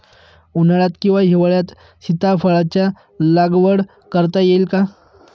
उन्हाळ्यात किंवा हिवाळ्यात सीताफळाच्या लागवड करता येईल का?